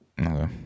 okay